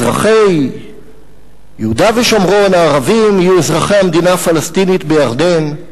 אזרחי יהודה ושומרון הערבים יהיו אזרחי המדינה הפלסטינית בירדן,